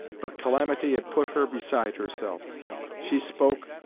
but calamity had put her beside herself she spoke,